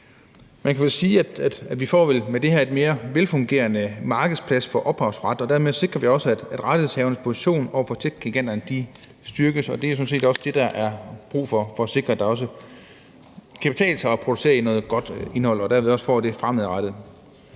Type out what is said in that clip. Man kan sige, at vi med det her vel får en mere velfungerende markedsplads for ophavsret, og dermed sikrer vi også, af rettighedshavernes position over for techgiganterne styrkes, og det er sådan set også det, der er brug for for at sikre, at det også kan betale sig at producere noget godt indhold, og at vi derved også får det fremadrettet.